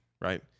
right